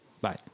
Bye